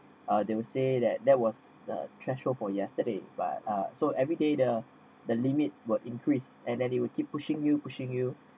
or they will say that that was the threshold for yesterday but uh so everyday the the limit will increase and then it will keep pushing you pushing you